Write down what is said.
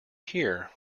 here